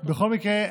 בכל מקרה,